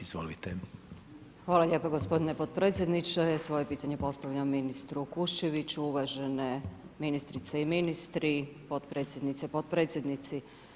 Hvala lijepo gospodine potpredsjedniče, svoje pitanje postavljam ministru Kuščeviću, uvažene ministrice i ministri, potpredsjednice i potpredsjednici.